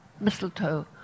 mistletoe